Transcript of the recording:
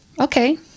Okay